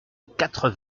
quatre